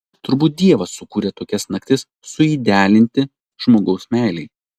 turbūt dievas sukūrė tokias naktis suidealinti žmogaus meilei